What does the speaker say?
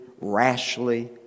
rashly